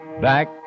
back